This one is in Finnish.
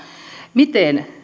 miten